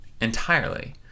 entirely